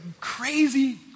crazy